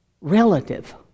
relative